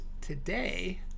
today